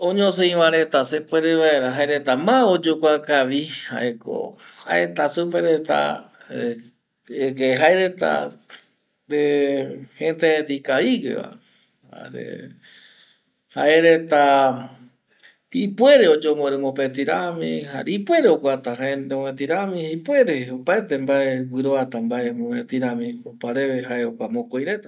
Oñosei va seta sepuere vaera jae reta ma oyokua kavi jaeko jaeta supe reta deque jae reta jete reta ikavigue va jare jaereta ipuere oyombori mopeti rami jare ipuere oguata jaendie mopeti rami, ipuere opaete mbae guiroata mbae mopeti rami opa reve jae jokua mokoi reta